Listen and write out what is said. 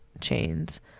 chains